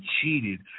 cheated